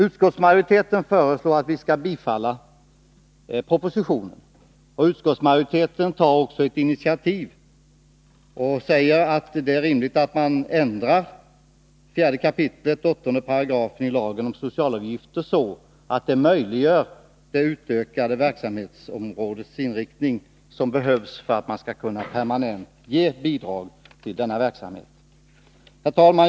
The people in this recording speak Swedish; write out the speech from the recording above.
Utskottsmajoriteten föreslår att riksdagen skall bifalla propositionen och tar också ett initiativ genom uttalandet att det är rimligt att ändra 4 kap. 8 § lagen om socialavgifter så att den möjliggör den utökning av verksamhetsområdets inriktning som behövs för att man skall kunna ge ett permanent bidrag till denna verksamhet. Herr talman!